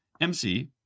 MC